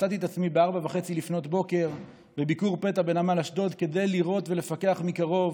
מצאתי את עצמי ב-04:30 בביקור פתע בנמל אשדוד כדי לראות ולפקח מקרוב